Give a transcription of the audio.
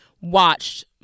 watched